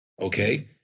Okay